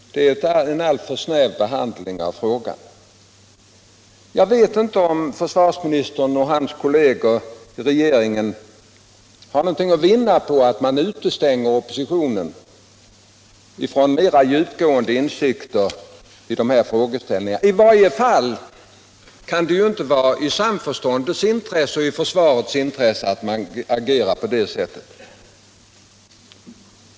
Det är en alltför snäv behandling av frågan. Jag vet inte om försvarsministern och hans kolleger i regeringen har någonting att vinna på att utestänga oppositionen från mer djupgående insikter i de här frågeställningarna. I varje fall kan det inte vara i samförståndets intresse eller i försvarets intresse att man agerar på det sättet.